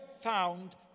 found